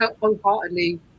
wholeheartedly